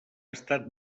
estat